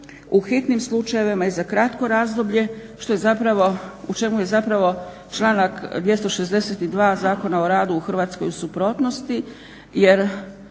u hitnim slučajevima i za kratko razdoblje u čemu je zapravo članak 262. Zakona o radu u Hrvatskoj u suprotnosti jer